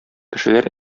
кешеләр